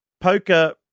Poker